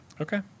Okay